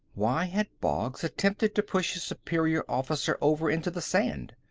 why had boggs attempted to push his superior officer over into the sand?